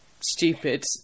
stupid